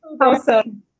Awesome